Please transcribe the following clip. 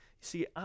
See